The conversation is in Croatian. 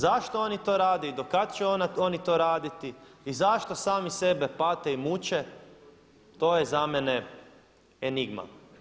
Zašto oni to rade i do kad će oni to raditi i zašto sami sebe pate i muče to je za mene enigma.